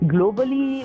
Globally